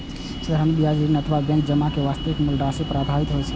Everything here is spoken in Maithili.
साधारण ब्याज ऋण अथवा बैंक जमाक वास्तविक मूल राशि पर आधारित होइ छै